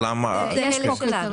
-- זה זהה לשלנו.